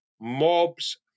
Mobs